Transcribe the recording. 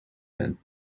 men